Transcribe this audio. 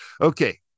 Okay